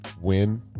win